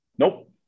Nope